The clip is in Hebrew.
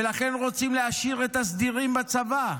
ולכן רוצים להשאיר את הסדירים בצבא.